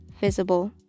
visible